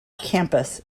campus